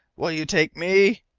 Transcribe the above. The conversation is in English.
will you take me?